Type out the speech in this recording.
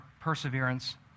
perseverance